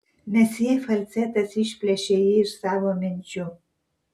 mesjė falcetas išplėšė jį iš savo minčių